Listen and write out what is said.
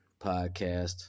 podcast